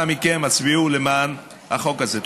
אנא מכם, הצביעו למען החוק הזה.